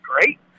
great